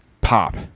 pop